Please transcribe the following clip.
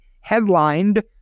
headlined